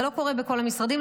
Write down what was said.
זה לא קורה בכל המשרדים.